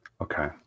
Okay